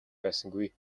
байсангүй